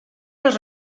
los